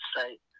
site